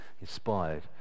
inspired